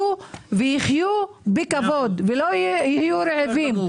שיאכלו ויחיו בכבוד, ולא יהיו רעבים.